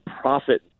profit